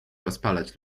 rozpalać